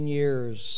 years